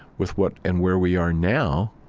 with what and where we are now?